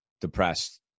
depressed